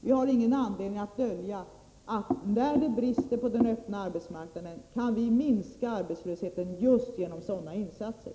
Vi har ingen anledning att dölja att när det brister på den öppna arbetsmarknaden kan vi minska arbetslösheten genom just sådana åtgärder.